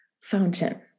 fountain